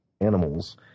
animals